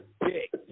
dick